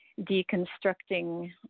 deconstructing